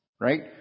Right